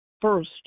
first